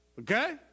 Okay